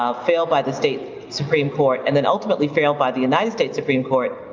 ah failed by the state supreme court, and then ultimately failed by the united states supreme court,